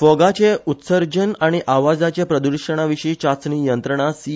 फोगाचे उत्सर्जन आनी आवाजाचे प्रद्षणाविशी चाचणी यंत्रणा सी